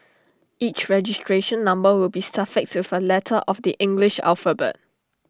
each registration number will be suffixed with A letter of the English alphabet